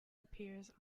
appears